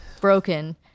broken